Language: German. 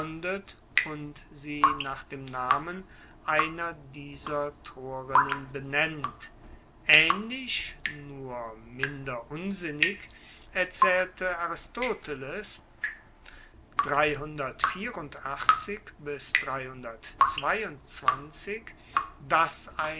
und sie nach dem namen einer dieser troerinnen benennt aehnlich nur minder unsinnig erzaehlte aristoteles dass